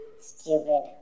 Stupid